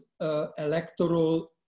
electoral